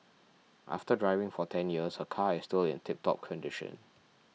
after driving for ten years her car is still in tiptop condition